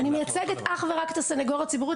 אני מייצגת אך ורק את הסנגוריה הציבורית